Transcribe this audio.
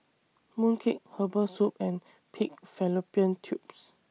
Mooncake Herbal Soup and Pig Fallopian Tubes